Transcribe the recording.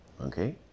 Okay